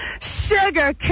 sugar